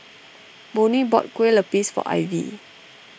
Bonny bought Kueh Lapis for Ivy